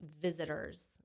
visitors